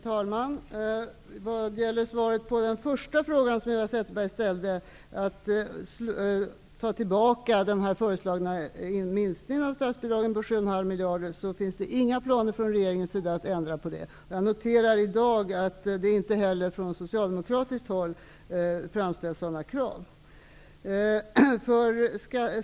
Herr talman! På den första frågan som Eva Zetterberg ställde, om att ta tillbaka den föreslagna minskningen av statsbidragen på 7,5 miljarder, vill jag svara att det inte finns några planer från regeringens sida att ändra på detta. Jag noterar i dag att det inte heller från socialdemokratiskt håll framställs sådana krav.